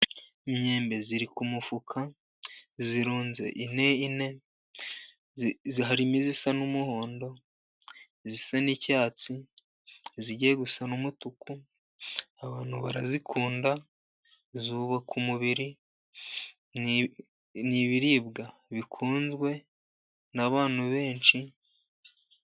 Imyembe iri ku mufuka, irunze ine ine harimo isa n'umuhondo, isa n'icyatsi, igiye gusana n'umutuku, abantu barayikunda, yubaka umubiri n'ibiribwa bikunzwe n'abantu benshi.